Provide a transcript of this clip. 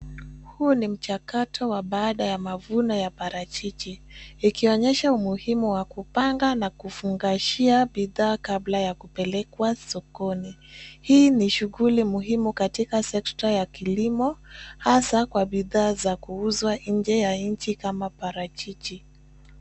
Huu ni mchakato wa baada ya mavuno ya parachichi, ikionyesha umuhimu wa kupanga na kufungashia bidhaa kabla ya kupelekwa sokoni. Hii ni shughuli muhimu katika sekta ya kilimo, hasaa kwa bidhaa za kuuzwa nje ya nchi kama parachichi.